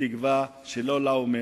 בתקווה שלא לאו מהם.